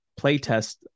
playtest